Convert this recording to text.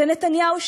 זה נתניהו,